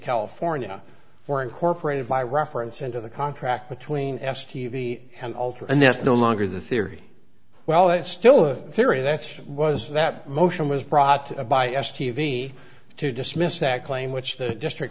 california were incorporated by reference into the contract between s t v and alter and that's no longer the theory well that's still a theory that's was that motion was brought by s t v to dismiss that claim which the district